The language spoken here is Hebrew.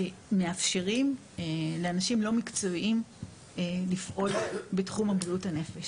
שמאפשרים לאנשים לא מקצועיים לפעול בתחום בריאות הנפש.